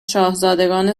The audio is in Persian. شاهزادگان